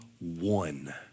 one